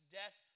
death